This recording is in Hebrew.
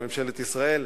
ממשלת ישראל,